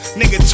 nigga